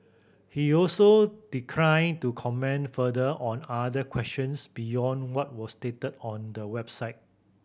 he also declined to comment further on other questions beyond what was stated on the website